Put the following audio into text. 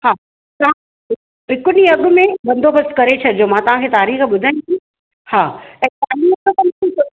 हा हा हिकु ॾींहुं अॻ में बंदोबस्तु करे छॾिजो मां तव्हांखे तारीख़ु ॿुधायां थी हा ऐं चालीहो